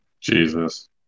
Jesus